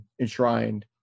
enshrined